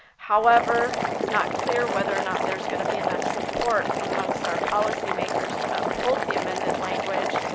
however, it's not clear whether or not there's going to be enough support amongst our policymakers to uphold the amended language,